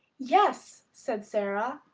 yes, said sara,